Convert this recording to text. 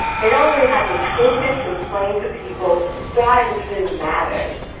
they don't really have the toolkit to explain to people why this really matters.